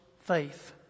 faith